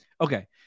Okay